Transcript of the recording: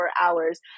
hours